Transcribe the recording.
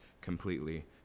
completely